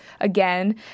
again